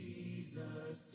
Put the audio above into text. Jesus